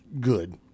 good